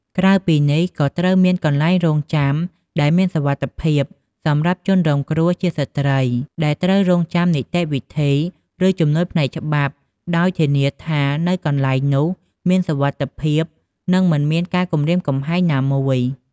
ក្រៅពីនេះក៏ត្រូវមានកន្លែងរង់ចាំដែលមានសុវត្ថិភាពសម្រាប់ជនរងគ្រោះជាស្ត្រីដែលត្រូវរង់ចាំនីតិវិធី ឬជំនួយផ្នែកច្បាប់ ដោយធានាថានៅកន្លែងនោះមានសុវត្ថិភាព និងមិនមានការគំរាមកំហែងណាមួយ។